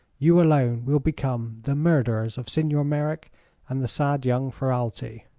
you alone will become the murderers of signor merrick and the sad young ferralti.